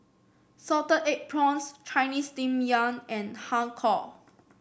Salted Egg Prawns Chinese Steamed Yam and Har Kow